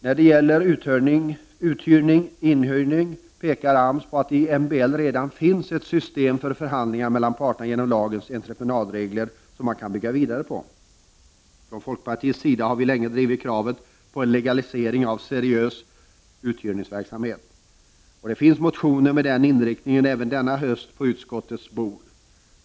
När det gäller uthyrning-inhyrning pekar AMS på att det i MBL redan finns ett system för förhandlingar mellan parter genom lagens entreprenadregler som man kan bygga vidare på. Från folkpartiets sida har vi länge drivit kravet på en legalisering av seriös uthyrningsverksamhet. Det finns även denna höst på utskottets bord motioner med den inriktningen.